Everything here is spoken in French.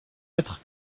être